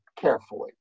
carefully